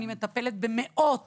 אני מטפלת במאות